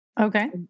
Okay